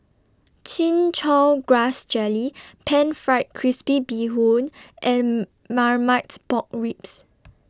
Chin Chow Grass Jelly Pan Fried Crispy Bee Hoon and Marmite Pork Ribs